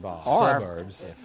Suburbs